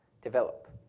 develop